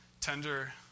tender